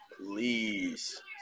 Please